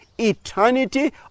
Eternity